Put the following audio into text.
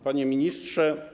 Panie Ministrze!